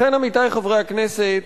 לכן, עמיתי חברי הכנסת,